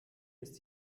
ist